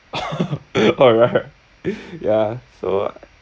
orh right ya so